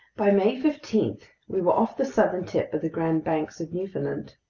by may fifteen we were off the southern tip of the grand banks of newfoundland.